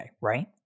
right